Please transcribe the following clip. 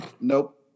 Nope